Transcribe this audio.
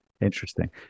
Interesting